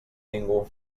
ningú